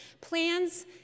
Plans